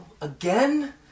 Again